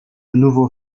nouveau